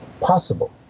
Possible